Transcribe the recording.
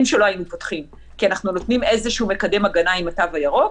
שלא היינו פותחים כי אנחנו נותנים איזשהו מקדם הגנה עם התו הירוק,